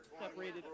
separated